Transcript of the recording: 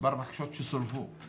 מספר הבקשות שסורבו,